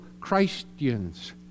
Christians